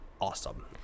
awesome